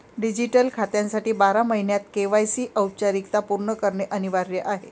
digital खात्यासाठी बारा महिन्यांत के.वाय.सी औपचारिकता पूर्ण करणे अनिवार्य आहे